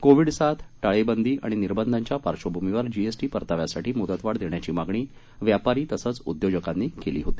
Covid साथ टाळेबंदी आणि निर्बंधांच्या पार्श्वभूमीवर जीएसटी परताव्यासाठी मुदतवाढ देण्याची मागणी व्यापारी तसंच उद्योजकांनी केली होती